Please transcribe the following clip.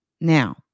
Now